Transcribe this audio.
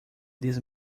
these